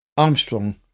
Armstrong